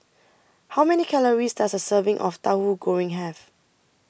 How Many Calories Does A Serving of Tahu Goreng Have